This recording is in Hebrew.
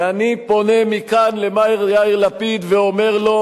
ואני פונה מכאן למר יאיר לפיד ואומר לו: